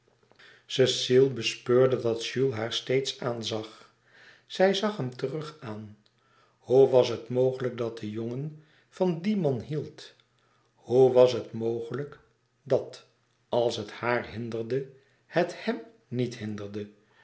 cecile bespeurde dat jules haar steeds aanzag zij zag hem terug aan hoe was het mogelijk dat de jongen van dien man hield hoe was het mogelijk dat als het hàar hinderde het hèm niet hinderde